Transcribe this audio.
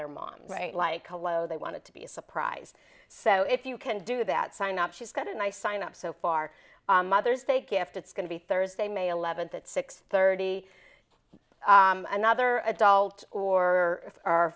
their mom right like a low they wanted to be a surprise so if you can do that sign up she's got a nice sign up so far mother's day gift it's going to be thursday may eleventh at six thirty another adult or our